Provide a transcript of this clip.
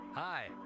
Hi